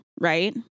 Right